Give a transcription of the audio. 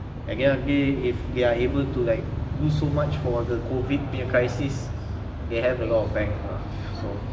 at the end of the day if they are able to like do so much for the COVID punya crisis they have a lot of bank lah so